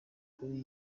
kuri